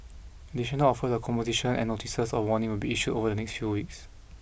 additional offers of composition and notices of warning will be issued over the next few weeks